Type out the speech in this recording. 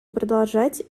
продолжать